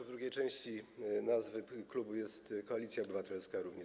W drugiej części nazwy klubu jest Koalicja Obywatelska również.